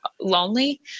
lonely